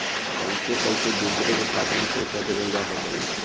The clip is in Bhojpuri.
कईसे कईसे दूसरे के खाता में पईसा भेजल जा सकेला?